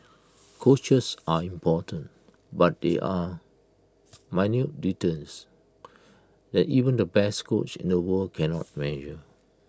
coaches are important but there are minute details that even the best coach in the world cannot measure